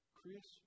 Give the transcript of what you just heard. Chris